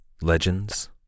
Legends